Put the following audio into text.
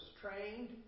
trained